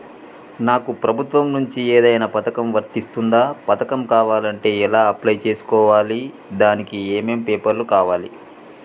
నాకు ప్రభుత్వం నుంచి ఏదైనా పథకం వర్తిస్తుందా? పథకం కావాలంటే ఎలా అప్లై చేసుకోవాలి? దానికి ఏమేం పేపర్లు కావాలి?